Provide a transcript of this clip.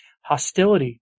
hostility